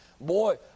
Boy